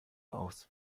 aus